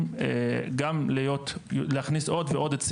ועל המשרדים הממשלתיים לטפל בנושא הזה.